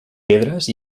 pedres